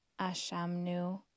Ashamnu